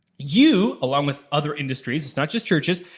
you, along with other industries, it's not just churches,